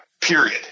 Period